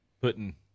putting